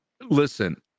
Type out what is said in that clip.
listen